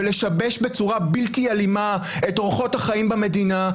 ולשבש בצורה בלתי אלימה את אורחות החיים במדינה.